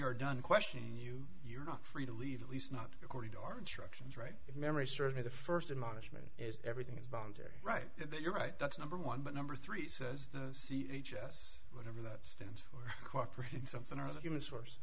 we're done question you you're not free to leave at least not according to our instructions right if memory serves me the first in management is everything is voluntary right there you're right that's number one but number three says the c h s whatever that stands for cooperation something or other human source